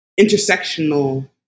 intersectional